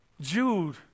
Jude